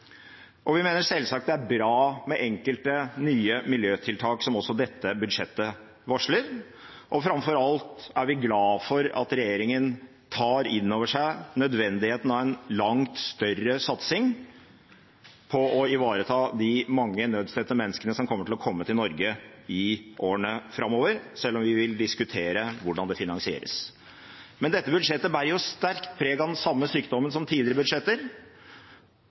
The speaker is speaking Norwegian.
Vi mener selvsagt det er bra med enkelte nye miljøtiltak, som også dette budsjettet varsler. Framfor alt er vi glad for at regjeringen tar innover seg nødvendigheten av en langt større satsing på å ivareta de mange nødstedte menneskene som kommer til å komme til Norge i årene framover, selv om vi vil diskutere hvordan det finansieres. Men dette budsjettet bærer sterkt preg av den samme sykdommen som tidligere budsjetter,